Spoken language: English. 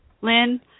Lynn